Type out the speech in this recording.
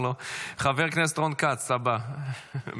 חבר הכנסת רון כץ, הבא ברשימה.